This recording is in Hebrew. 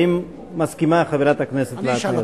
האם מסכימה חברת הכנסת שמאלוב?